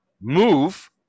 move